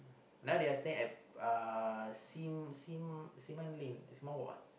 now they are staying at uh Sim Sim-Lim